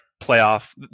playoff